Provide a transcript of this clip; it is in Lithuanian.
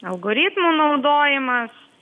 algoritmų naudojimas